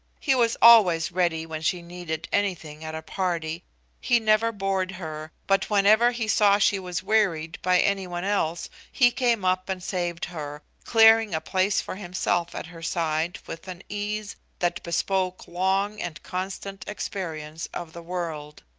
he was always ready when she needed anything at a party he never bored her, but whenever he saw she was wearied by any one else he came up and saved her, clearing a place for himself at her side with an ease that bespoke long and constant experience of the world.